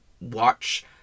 watch